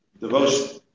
devotion